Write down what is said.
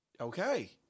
Okay